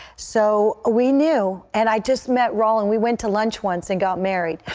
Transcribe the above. so we knew. and i just met rolland. we went to lunch once and got married.